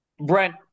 brent